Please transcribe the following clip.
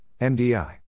MDI